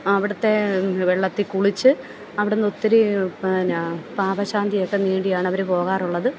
അവിടുത്തെ വെള്ളത്തിൽ കുളിച്ച് അവിടുന്ന് ഒത്തിരി പിന്നെ പാപശാന്തിയൊക്കെ നേടിയാണ് അവർ പോകാറുള്ളത്